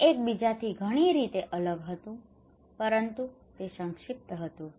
તે એક બીજાથી ઘણી રીતે અલગ હતું પરંતુ તે સંક્ષિપ્ત હતું